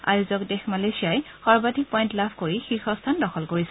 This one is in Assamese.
আয়োজক দেশ মালয়েছিয়াই সৰ্বাধিক পইণ্ট লাভ কৰি শীৰ্ষ স্থান দখল কৰিছে